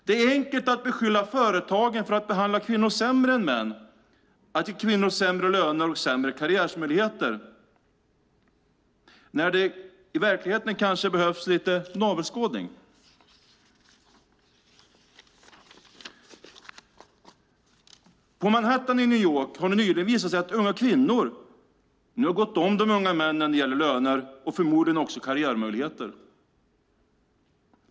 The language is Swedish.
Det är enkelt att beskylla företagen för att behandla kvinnor sämre än män, att ge kvinnor sämre löner och sämre karriärmöjligheter, när det i verkligheten kanske behövs lite navelskådning. På Manhattan i New York har det nyligen visat sig att unga kvinnor nu har gått om de unga männen när det gäller löner och förmodligen också karriärmöjligheter.